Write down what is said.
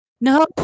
No